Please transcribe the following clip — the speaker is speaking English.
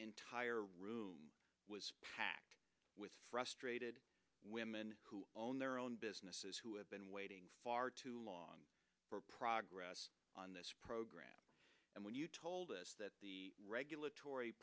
entire room was packed with frustrated women who own their own businesses who have been waiting far too long for progress on this program and when you told us that the regulatory